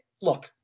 look